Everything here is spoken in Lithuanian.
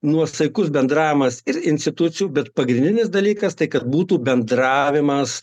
nuosaikus bendravimas ir institucijų bet pagrindinis dalykas tai kad būtų bendravimas